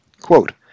Quote